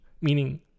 meaning